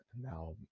Now